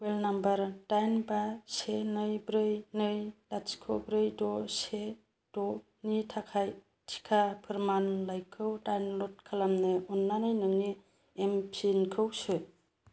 mobile number दाइन बा से नै ब्रै नै लाथिख' ब्रै द' से द' नि थाखाय टिका फोरमानलाइखौ डाउनल'ड खालामनो अन्नानै नोंनि एमपिनखौ सो